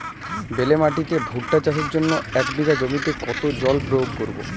বেলে মাটিতে ভুট্টা চাষের জন্য এক বিঘা জমিতে কতো জল প্রয়োগ করব?